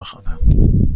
بخوانم